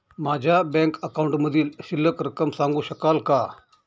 माझ्या बँक अकाउंटमधील शिल्लक रक्कम सांगू शकाल का?